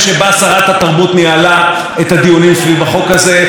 חבר הכנסת מרגי אמר במפורש: אם זה היה תלוי בי,